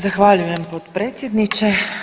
Zahvaljujem potpredsjedniče.